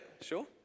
sure